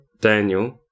Daniel